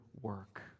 work